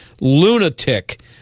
lunatic